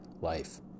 life